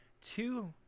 two